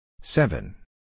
Seven